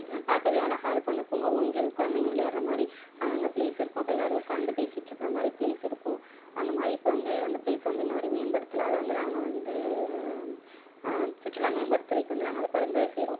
பார்க்கவே அழகா இருக்கும் அந்த பூங்கா ஊஞ்சல் கொழந்தைங்க விளையாடுகிற மாதிரி அங்கங்கே ப்ளேஸ் இருக்கும் அப்புறோம் எல்லோரும் உக்காந்து பேசிகிட்ருக்குற மாதிரி ப்ளேஸ் இருக்கும் அந்த மாதிரி இப்போ வந்து அந்த ப்ளேஸை வந்து இன்ன வரையும் மேம்படுத்தலை அதை வந்து நாங்கள் வந்து சுற்றுலா மேம்பாட்டுத்துறைக்கு வந்து நாங்கள் அதை பரிந்துரை செய்கிறோம்